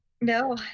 No